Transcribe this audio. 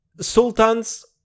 sultan's